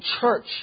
church